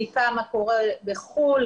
בדיקה מה קורה בחוץ לארץ,